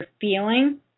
feeling